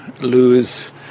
lose